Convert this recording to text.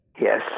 Yes